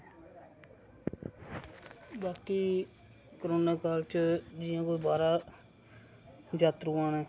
ते बाकी कोरोना काल च जियां कोई बाह्रा जात्रु आने